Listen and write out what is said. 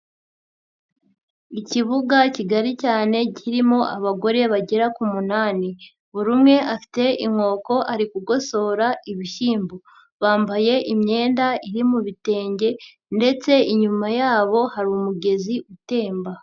Ikibuga kigari cyane kirimo abagore bagera ku munani, buri umwe afite inkoko ari kugosora ibishyimbo, bambaye imyenda iri mu bitenge ndetse inyuma yabo hari umugezi utemba.